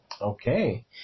Okay